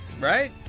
right